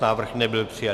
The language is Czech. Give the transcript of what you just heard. Návrh nebyl přijat.